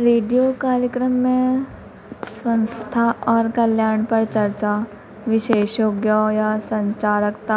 radio कार्यक्रम में संस्था और कल्याण पर चर्चा विशेषज्ञों या संचारकता